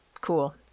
cool